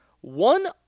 One